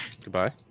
Goodbye